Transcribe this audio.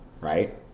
right